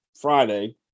Friday